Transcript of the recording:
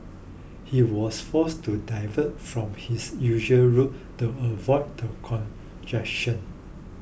he was forced to divert from his usual route to avoid the congestion